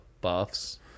Buffs